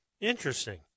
Interesting